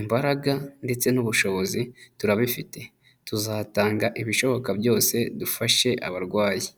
"imbaraga ndetse n'ubushobozi turabifite, tuzatanga ibishoboka byose dufashe abarwayi".